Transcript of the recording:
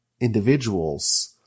individuals